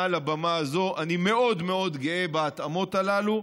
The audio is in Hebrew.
מעל הבמה הזאת: אני מאוד מאוד גאה בהתאמות הללו,